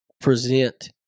present